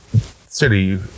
city